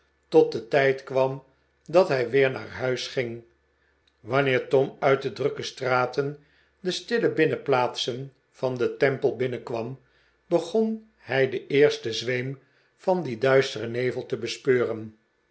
tot de tijd kwam dat hij weer naar huis ging wanneer tom uit de drukke straten de stille binnenplaatsen van d en temple binnenkwam begon hij den eersten zweem van dien duisteren nevel te bespeuren